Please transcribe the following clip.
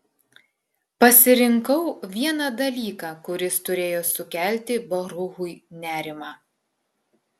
pasirinkau vieną dalyką kuris turėjo sukelti baruchui nerimą